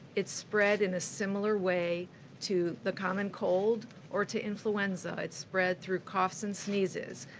it's spread in a similar way to the common cold or to influenza. it's spread through coughs and sneezes.